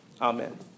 Amen